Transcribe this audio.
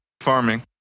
farming